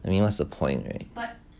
I mean what's the point right